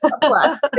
plus